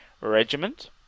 Regiment